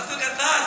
באסל גטאס,